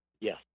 Yes